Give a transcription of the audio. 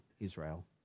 israel